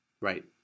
Right